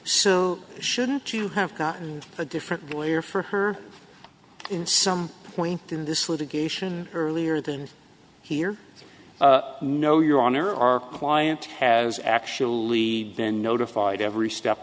so shouldn't you have gotten a different player for her in some point in this litigation earlier than here no your honor our client has actually been notified every step